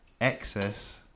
Excess